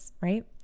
right